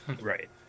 Right